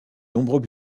nombreux